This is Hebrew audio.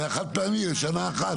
זה היה חד פעמי, לשנה אחת.